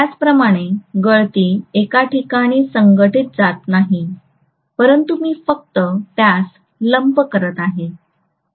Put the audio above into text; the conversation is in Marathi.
त्याचप्रमाणे गळती एका ठिकाणी संघटित जात नाही परंतु मी फक्त त्यास लंप करते आहे